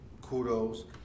kudos